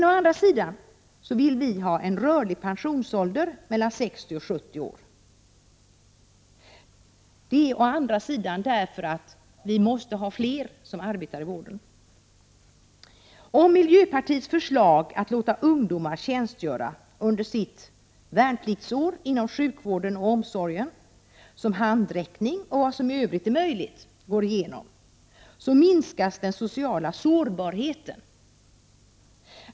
Å andra sidan vill vi ha en rörlig pensionsålder mellan 60 och 70 år. Det är därför som vi måste ha fler som arbetar inom vården. Om miljöpartiets förslag att låta ungdomar tjänstgöra under sitt värnpliktsår inom sjukvården och omsorgen, som handräckning och vad som i övrigt är möjligt går igenom, minskas den sociala sårbarheten.